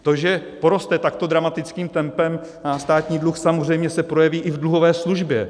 To, že poroste takto dramatickým tempem státní dluh, se samozřejmě projeví i v dluhové službě.